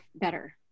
better